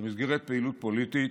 במסגרת פעילות פוליטית,